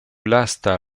lasta